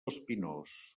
espinós